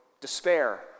despair